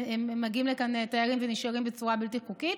מגיעים לכאן תיירים ונשארים בצורה בלתי חוקית.